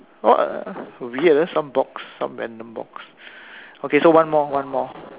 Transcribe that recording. what uh weird ah some box some random box okay so one more one more